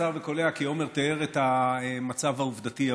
קצר וקולע, כי עמר תיאר את המצב העובדתי.